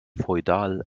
feudal